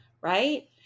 right